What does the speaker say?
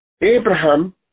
Abraham